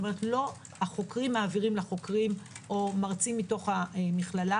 זה לא שהחוקרים מעבירים לחוקרים או מרצים מתוך המכללה